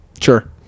sure